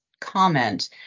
comment